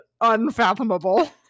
unfathomable